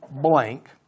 blank